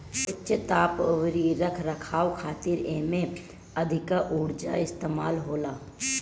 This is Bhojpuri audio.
उच्च ताप अउरी रख रखाव खातिर एमे अधिका उर्जा इस्तेमाल होला